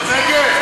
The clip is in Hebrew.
לנדב,